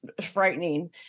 frightening